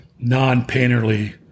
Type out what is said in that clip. non-painterly